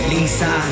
Lisa